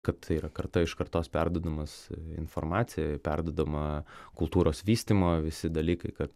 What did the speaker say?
kad tai yra karta iš kartos perduodamas informacija perduodama kultūros vystymo visi dalykai kad